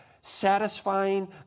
satisfying